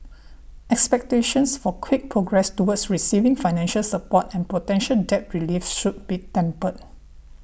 expectations for quick progress toward receiving financial support and potential debt relief should be tempered